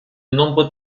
nombreux